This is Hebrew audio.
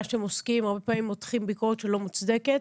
הרבה פעמים מותחים ביקורת שלא מוצדקת,